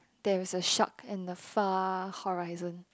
there is a shark in the far horizon